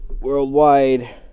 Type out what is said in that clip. worldwide